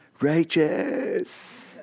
Righteous